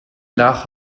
nach